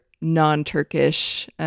non-Turkish